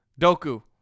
Doku